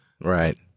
Right